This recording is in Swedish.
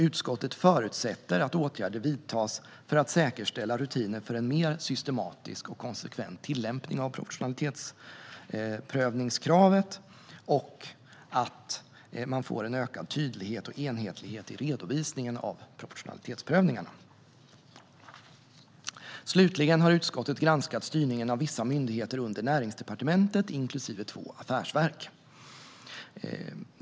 Utskottet förutsätter att åtgärder vidtas för att säkerställa rutiner för en mer systematisk och konsekvent tillämpning av proportionalitetsprövningskravet och att man får en ökad tydlighet och enhetlighet i redovisningen av proportionalitetsprövningarna. Slutligen har utskottet granskat styrningen av vissa myndigheter under Näringsdepartementet, inklusive två affärsverk.